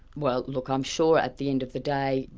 well look, i'm sure at the end of the day,